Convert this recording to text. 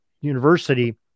University